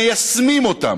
אתם מיישמים אותם,